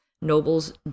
Nobles